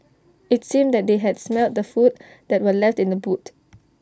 IT seemed that they had smelt the food that were left in the boot